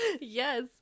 Yes